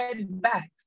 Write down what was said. back